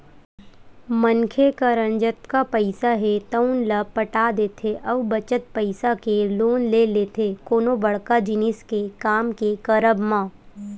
मनखे करन जतका पइसा हे तउन ल पटा देथे अउ बचत पइसा के लोन ले लेथे कोनो बड़का जिनिस के काम के करब म